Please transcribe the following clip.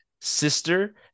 sister